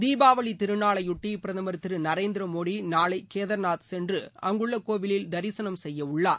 தீபாவளி திருநாளையொட்டி பிரதமர் திரு நரேந்திர மோடி நாளை கேதர்நாத் சென்று அங்குள்ள கோவிலில் தரிசனம் செய்ய உள்ளார்